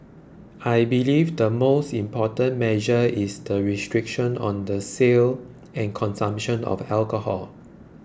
I believe the most important measure is the restriction on the sale and consumption of alcohol